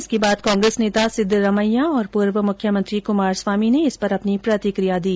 इसके बाद कांग्रेस नेता सिद्व रमैया और पूर्व मुख्यमंत्री कुमार स्वामी ने इस पर अपनी प्रतिकिया दी